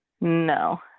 No